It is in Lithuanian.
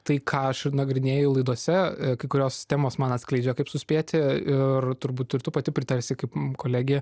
tai ką aš ir nagrinėju laidose kai kurios temos man atskleidžia kaip suspėti ir turbūt ir tu pati pritarsi kaip kolegė